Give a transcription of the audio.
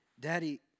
Daddy